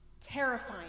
Terrifying